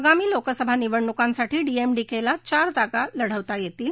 आगामी लोकसभा निवडणुकांसाठी डीएमडीकल्ला चार जागा लढवता यतील